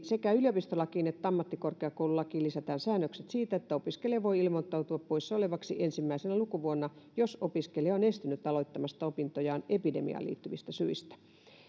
sekä yliopistolakiin että ammattikorkeakoululakiin lisätään säännökset siitä että opiskelija voi ilmoittautua poissa olevaksi ensimmäisenä lukuvuonna jos opiskelija on estynyt aloittamasta opintojaan epidemiaan liittyvistä syistä